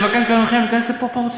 אני מבקש גם מכם להיכנס לפרופורציות.